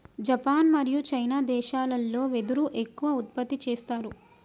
Japan మరియు China దేశాలల్లో వెదురు ఎక్కువ ఉత్పత్తి చేస్తారు